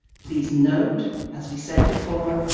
please note, as we said before,